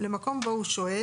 למקום בו הוא שוהה,